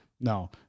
No